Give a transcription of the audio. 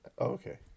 Okay